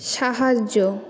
সাহায্য